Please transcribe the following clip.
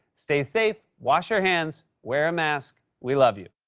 stay safe, wash your hands, wear a mask. we love you.